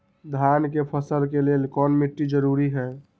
धान के फसल के लेल कौन मिट्टी जरूरी है?